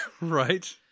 Right